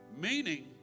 Meaning